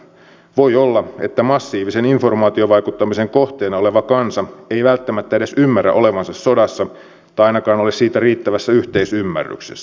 voi olla että massiivisen informaatiovaikuttamisen kohteena oleva kansa ei välttämättä edes ymmärrä olevansa sodassa tai ainakaan ole siitä riittävässä yhteisymmärryksessä